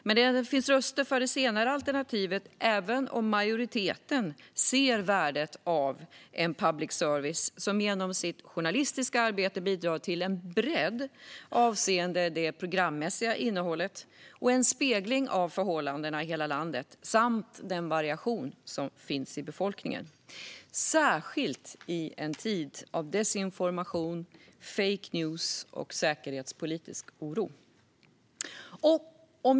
Men det finns röster för det senare alternativet, även om majoriteten ser värdet av att public service genom sitt journalistiska arbete bidrar till en bredd. Det avser det programmässiga innehållet, en spegling av förhållandena i hela landet samt den variation som finns i befolkningen. Det behövs särskilt i en tid av desinformation, fake news och säkerhetspolitisk oro.